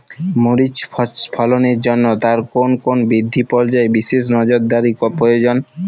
মরিচ ফলনের জন্য তার কোন কোন বৃদ্ধি পর্যায়ে বিশেষ নজরদারি প্রয়োজন?